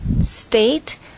state